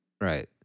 Right